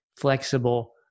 flexible